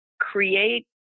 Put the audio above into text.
create